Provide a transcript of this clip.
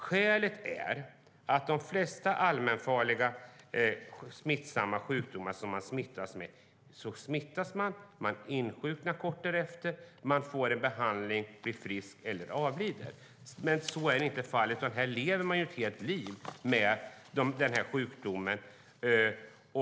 Skälet är att de flesta allmänfarliga smittsamma sjukdomarna innebär att man smittas, man insjuknar kort därefter, man får en behandling, blir frisk eller avlider. Så är inte fallet med hiv. Här lever man ett helt liv med sjukdomen.